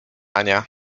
ania